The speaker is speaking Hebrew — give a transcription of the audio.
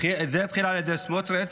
זה התחיל על ידי סמוטריץ',